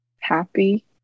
happy